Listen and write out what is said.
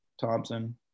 Thompson